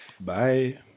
Bye